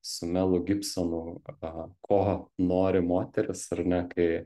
su melu gibsonu a ko nori moterys ar ne kai